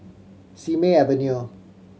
Simei Avenue